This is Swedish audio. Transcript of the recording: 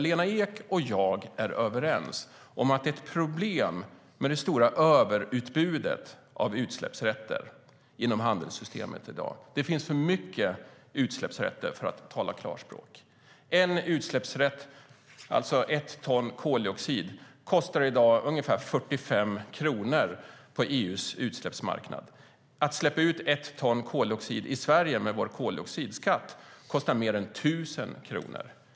Lena Ek och jag är helt överens om att ett problem är det stora överutbudet av utsläppsrätter i handelssystemet i dag. Det finns för mycket utsläppsrätter, för att tala klarspråk. En utsläppsrätt, alltså ett ton koldioxid, kostar i dag ungefär 45 kronor på EU:s utsläppsmarknad. Att släppa ut ett ton i Sverige kostar med vår koldioxidskatt mer än 1 000 kronor.